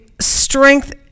strength